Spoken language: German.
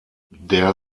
der